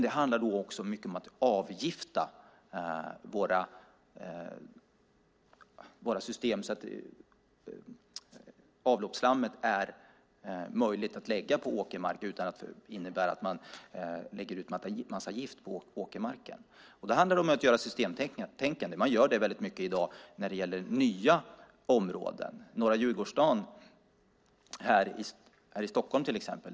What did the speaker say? Det handlar också mycket om att avgifta våra system så att avloppsslammet är möjligt att lägga på åkermark utan att det innebär att man lägger ut en massa gift på åkermarken. Det handlar om systemtänkande. Man gör det väldigt mycket i dag när det gäller nya områden, till exempel Norra Djurgårdsstaden här i Stockholm.